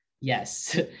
Yes